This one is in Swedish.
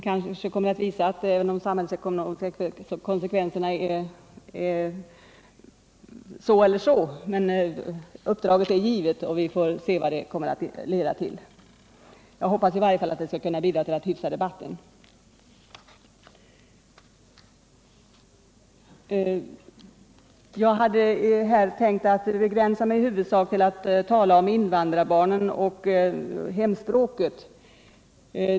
Jag vet inte vad analysen kommer att ge, men uppdraget är givet och vi får se vad arbetet i gruppen kommer att leda fram till. I varje fall hoppas jag att analysen skall kunna medverka till att hyfsa debatten. Sedan hade jag tänkt att i huvudsak begränsa mig till att tala om invandrarbarnen och hemspråket.